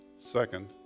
Second